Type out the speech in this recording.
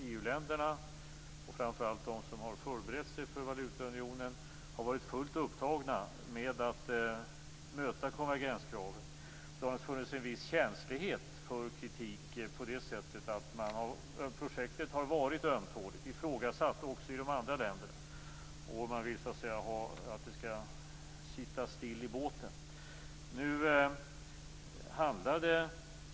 EU-länderna, framför allt de som har förberett sig för valutaunionen, har varit fullt upptagna med att möta konvergenskraven. Det har funnits en viss känslighet för kritik, eftersom projektet har varit ömtåligt och ifrågasatt också i de andra länderna. Man vill att det så att säga skall sittas still i båten.